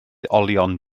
olion